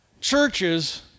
Churches